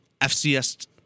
fcs